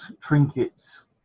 trinkets